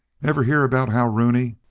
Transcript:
ever hear about how rooney